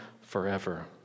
forever